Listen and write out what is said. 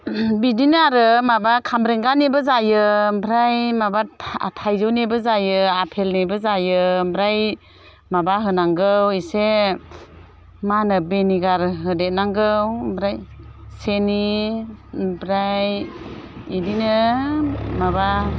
बिदिनो आरो माबा खामब्रेंगानिबो जायो ओमफ्राय माबा थाइजौनिबो जायो आपेलनिबो जायो ओमफ्राय माबा होनांगौ इसे मा होनो भिनेगार होदेरनांगौ ओमफ्राय सिनि ओमफ्राय बिदिनो माबा